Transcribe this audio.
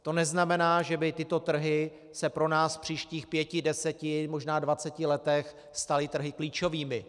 To neznamená, že by se tyto trhy pro nás v příštích pěti, deseti možná dvaceti letech staly trhy klíčovými.